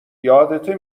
یادته